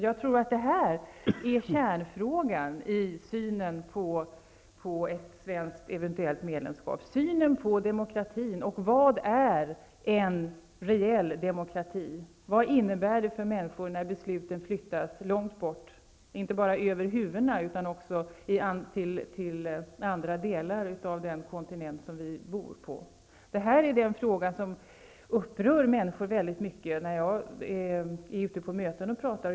Jag tror att kärnfrågan i synen på ett eventuellt svenskt medlemskap är synen på demokrati och vad en reell demokrati är. Vad innebär det för människor när besluten flyttas långt bort, inte bara över deras huvuden utan också till andra delar av den kontinent vi bor på? Detta är den fråga som upprör människor väldigt mycket när jag är ute på möten och talar.